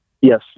Yes